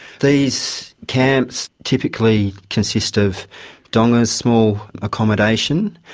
these camps typically consist of dongas, small accommodation.